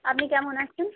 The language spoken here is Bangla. আপনি কেমন আছেন